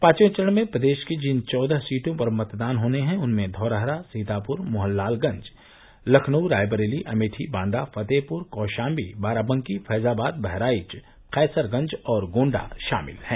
पांचवें चरण में प्रदेश की जिन चौदह सीटों पर मतदान होने हैं उनमें धौरहरा सीतापुर मोहनलालगंज लखनऊ रायबरेली अमेठी बांदा फतेहपुर कौशाम्बी बाराबंकी फैजाबाद बहराइच कैसरगंज और गोण्डा शामिल हैं